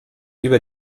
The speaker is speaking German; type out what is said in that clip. über